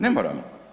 Ne moramo.